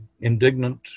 indignant